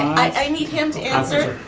i need him to answer,